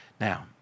Now